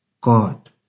God